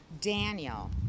Daniel